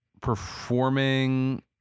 performing